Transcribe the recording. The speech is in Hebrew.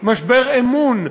משבר אמון,